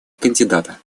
кандидата